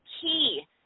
key